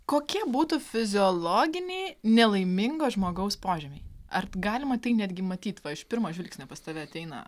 kokie būtų fiziologiniai nelaimingo žmogaus požymiai ar galima tai netgi matyt va iš pirmo žvilgsnio pas tave ateina